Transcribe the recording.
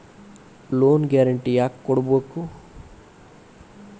Loan guarantee ಯಾಕ್ ಕೊಡ್ಬೇಕು?